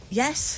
yes